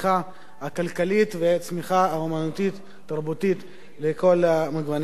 הכלכלית ולצמיחה אמנותית-תרבותית על כל גווניה.